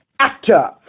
actor